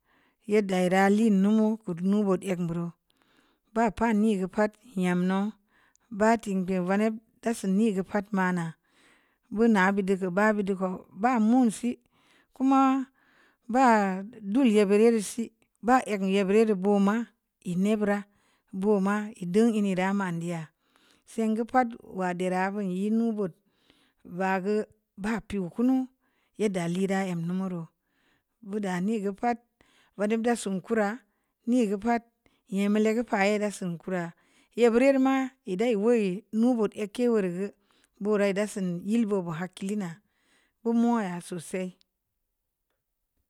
Yeddə ira hin numu kəddo’ nu'ek nureu ba pani gə pa'at yam no̱o̱ ba te'm pir raneb ta sini gə pa'at mana buna bidi gə ba bidii ko ba mun sii’ koma badur e'a bure’ ri si ba'ek ge’ bure’ ri ba'ma e’ ne’ bura buma e’ dunə e’ ne’ ra man d'i'a se'ngə pa'at gə diira bun ye’ nu bo'ot ba gə ba pii kunu yedda le'ra əm numu reu buda ni gə pa'at va de'p da so'n kura ne’ gə pa'at nyem l'i'a gə pa ye’ ra se'n-kura ye buri ma e'e’ dae’ wuye'e mu bo'ot ek kii wuri gə burae’ da se'n yu bo'obo'o har kilina ko'mu ya sosai.